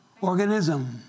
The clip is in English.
organism